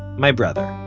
my brother.